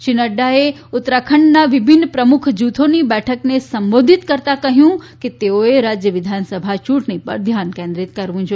શ્રી નડૃાએ ઉત્તરાખંડના વિભિન્ન પ્રમુખ જુથની બેઠકને સંબોધિત કરતા કહ્યું કે તેઓએ રાજય વિધાનસભા યુંટણી પર ધ્યાન કેન્દ્રીત કરવુ જોઇએ